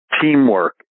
teamwork